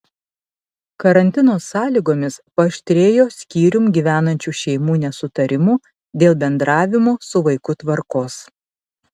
karantino sąlygomis paaštrėjo skyrium gyvenančių šeimų nesutarimų dėl bendravimo su vaiku tvarkos